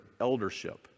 Eldership